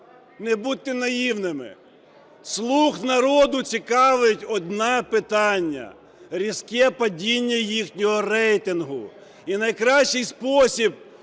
Не будьте наївними, "Слуг народу" цікавить одне питання – різке падіння їхнього рейтингу. І найкращий спосіб